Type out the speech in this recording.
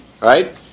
Right